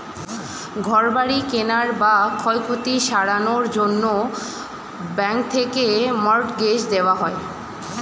ঘর বাড়ি কেনার বা ক্ষয়ক্ষতি সারানোর জন্যে ব্যাঙ্ক থেকে মর্টগেজ দেওয়া হয়